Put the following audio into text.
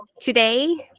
Today